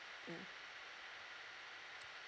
mm